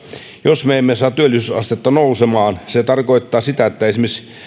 jos me emme saa työllisyysastetta nousemaan se tarkoittaa sitä että esimerkiksi